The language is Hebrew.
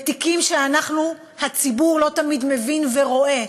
בתיקים שאנחנו הציבור לא תמיד מבינים ורואים,